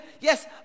yes